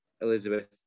Elizabeth